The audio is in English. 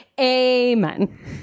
Amen